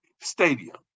stadium